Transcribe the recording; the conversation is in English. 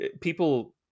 People